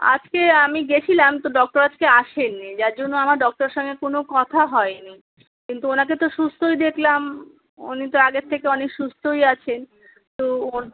আজকে আমি গিয়েছিলাম তো ডক্টর আজকে আসেননি যার জন্য আমার ডক্টরের সঙ্গে কোনো কথা হয়নি কিন্তু ওনাকে তো সুস্থই দেখলাম উনি তো আগের থেকে অনেক সুস্থই আছেন তো